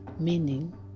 Meaning